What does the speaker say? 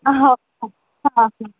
हं हां हां हं